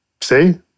See